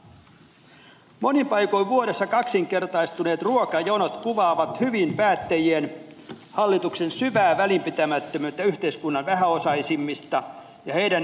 vuodessa monin paikoin kaksinkertaistuneet ruokajonot kuvaavat hyvin päättäjien hallituksen syvää välinpitämättömyyttä yhteiskunnan vähäosaisimmista ja heidän ihmisoikeuksistaan